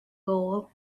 goal